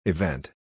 Event